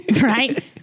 right